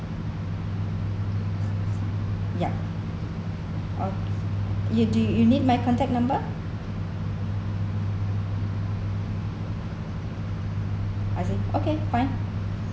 yup okay you do you need my contact number I see okay fine